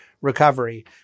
recovery